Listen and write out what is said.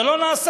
זה לא נעשה.